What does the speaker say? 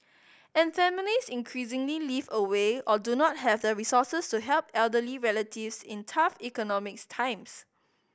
and families increasingly live away or do not have the resources to help elderly relatives in tough economics times